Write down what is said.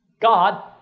God